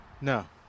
No